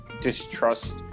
distrust